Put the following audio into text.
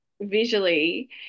visually